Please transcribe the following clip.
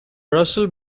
russell